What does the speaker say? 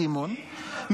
סימון,